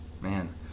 Man